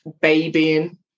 babying